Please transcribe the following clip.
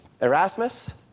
Erasmus